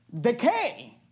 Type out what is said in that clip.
decay